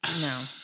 No